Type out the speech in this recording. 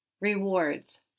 rewards